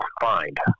find